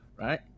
Right